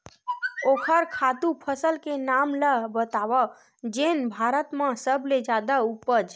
ओखर खातु फसल के नाम ला बतावव जेन भारत मा सबले जादा उपज?